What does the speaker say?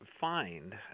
find